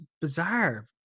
bizarre